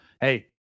hey